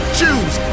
choose